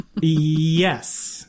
Yes